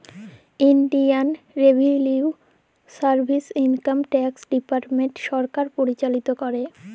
ইলডিয়াল revenue service, income tax department সরকার পরিচালিত হ্যয়